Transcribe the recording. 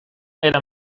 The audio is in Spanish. era